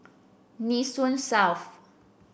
Nee Soon South